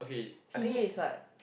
p_j is what